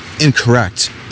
incorrect